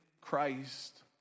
Christ